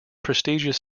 prestigious